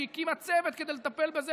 היא הקימה צוות כדי לטפל בזה,